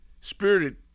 spirited